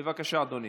בבקשה, אדוני.